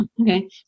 Okay